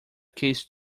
case